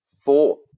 Four